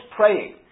praying